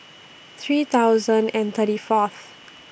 three thousand and thirty Fourth